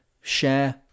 share